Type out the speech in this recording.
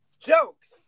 Jokes